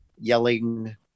yelling